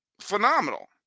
phenomenal